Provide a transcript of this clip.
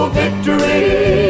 victory